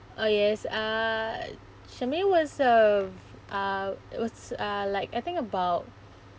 oh yes uh shermaine was a uh was uh like I think about